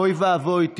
אוי ואבוי.